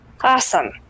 Awesome